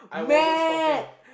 mad